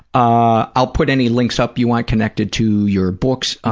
ah i'll put any links up you want connected to your books,